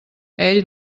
ell